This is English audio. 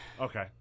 Okay